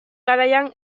garaian